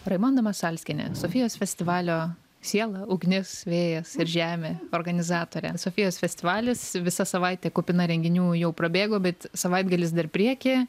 raimonda masalskienė sofijos festivalio siela ugnis vėjas ir žemė organizatorė sofijos festivalis visą savaitė kupina renginių jau prabėgo bet savaitgalis dar prieky